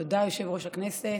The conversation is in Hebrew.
תודה, יושב-ראש הישיבה.